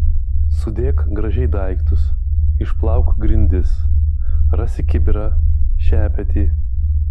sudėk gražiai daiktus išplauk grindis rasi kibirą šepetį